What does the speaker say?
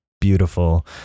beautiful